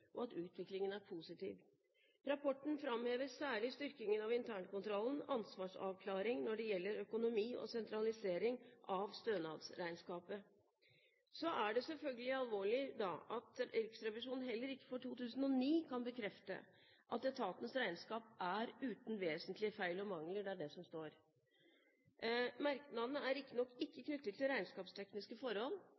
og at utviklingen er positiv. Rapporten framhever særlig styrking av internkontrollen og ansvarsavklaring når det gjelder økonomi og sentralisering av stønadsregnskapet. Så er det selvfølgelig alvorlig at Riksrevisjonen heller ikke for 2009 kan bekrefte at etatens «regnskap er uten vesentlige feil og mangler». Det er det som står. Merknaden er riktignok ikke